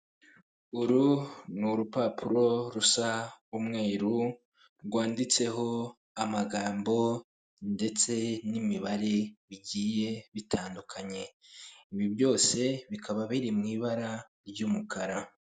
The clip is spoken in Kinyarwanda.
Uru ni urupapuro rusa umweru rwanditseho amagambo ndetse n'imibare bigiye bitandukanye ibi byose bikaba biri mu ibara ry'umukara.